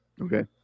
Okay